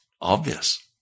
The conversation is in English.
obvious